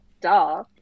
Duh